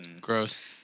Gross